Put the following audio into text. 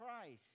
Christ